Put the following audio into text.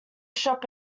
shop